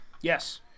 Yes